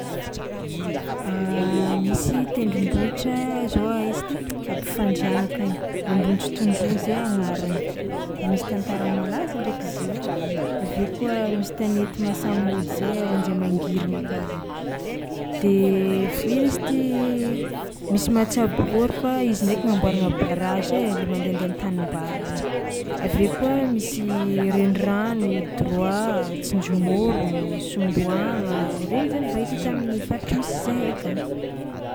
Misy tendrombohitra zao aiza ty à Befandriagna akagny, Ambohitsitondroina zay agnarany, misy tantara malaza ndraiky izy io ai, avy eo koa misy tanety masamôdy zay ao Anjiamangirigny akao zainy de f- ino izy ity misy matsabôro fa izy ndraiky namboarigna barrage ai le mandehandeha am'tanimbary regny, avy eo koa misy renirano Doroà, Tsinjomôrogno, Somboagna, regny zany mba hitahita amin'ny faritry misy zahay akagny.